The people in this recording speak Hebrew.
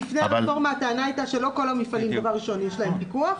לפני הרפורמה הטענה הייתה שלא כל המפעלים יש להם פיקוח,